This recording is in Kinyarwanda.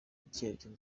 icyerekezo